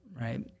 right